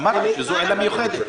אמרת שזו עילה מיוחדת.